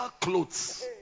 clothes